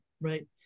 Right